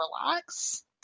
relax